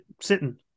sitting